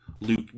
Luke